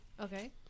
Okay